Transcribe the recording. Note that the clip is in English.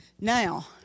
Now